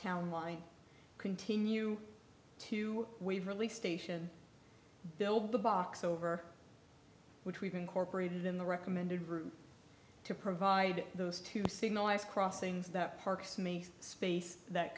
town line continue to waverly station build the box over which we've incorporated in the recommended route to provide those two signalized crossings that parks makes space that